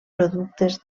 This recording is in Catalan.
productes